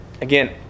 Again